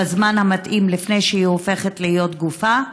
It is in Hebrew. בזמן המתאים, לפני שהיא הופכת להיות גופה,